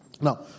Now